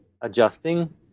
adjusting